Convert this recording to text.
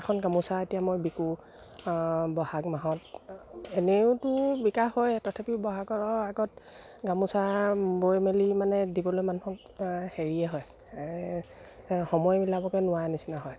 এখন গামোচা এতিয়া মই বিকো বহাগ মাহত এনেওতো বিকাশ হয় তথাপিও বহাগৰৰ আগত গামোচা বৈ মেলি মানে দিবলৈ মানুহক হেৰিয়ে হয় সময়বিলাককে নোৱৰাৰ নিচিনা হয়